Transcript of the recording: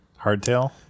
Hardtail